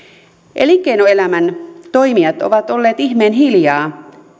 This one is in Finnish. elinkeinoelämän toimijat ovat olleet ihmeen hiljaa